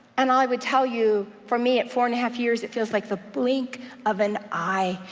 and i would tell you for me at four and a half years it feels like the blink of an eye,